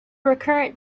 recurrent